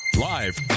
Live